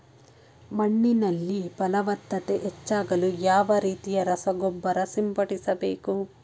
ಮಣ್ಣಿನಲ್ಲಿ ಫಲವತ್ತತೆ ಹೆಚ್ಚಾಗಲು ಯಾವ ರೀತಿಯ ರಸಗೊಬ್ಬರ ಸಿಂಪಡಿಸಬೇಕು?